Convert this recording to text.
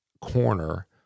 corner